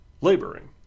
laboring